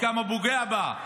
וכמה הוא פוגע בה,